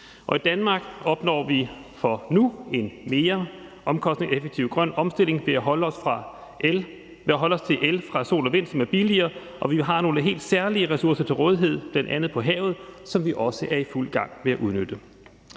I Danmark opnår vi nu en mere omkostningseffektiv grøn omstilling ved at holde os til el fra sol og vind, som er billigere, og vi har nogle helt særlige ressourcer til rådighed bl.a. på havet, som vi også er i fuld gang med at udnytte.